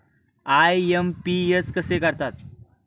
IMPS कसे करतात?